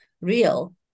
real